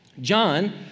John